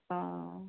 অঁ